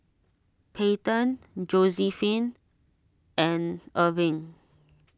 Peyton Josiephine and Erving